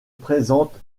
présente